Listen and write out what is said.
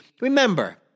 Remember